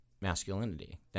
masculinity